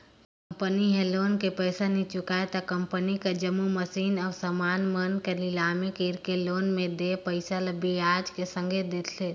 company ह loan के पइसा नी चुकाय त कंपनी कर जम्मो मसीन अउ समान मन कर लिलामी कइरके लोन में देय पइसा ल बियाज कर संघे लेथे